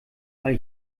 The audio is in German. weil